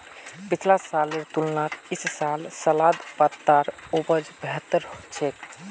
पिछला सालेर तुलनात इस बार सलाद पत्तार उपज बेहतर छेक